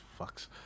fucks